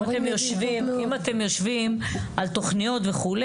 אם אתם יושבים על תוכניות וכו',